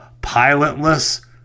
pilotless